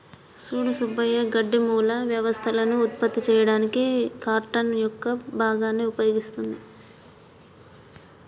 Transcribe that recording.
సూడు సుబ్బయ్య గడ్డి మూల వ్యవస్థలను ఉత్పత్తి చేయడానికి కార్టన్ యొక్క భాగాన్ని ఉపయోగిస్తుంది